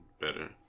better